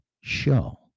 show